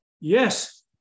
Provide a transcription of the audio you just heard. Yes